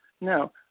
No